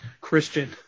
Christian